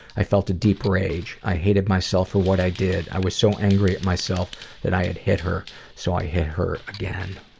i felt a deep rage. i hated myself for what i did. i was so angry at myself that i had hit her so i hit her again.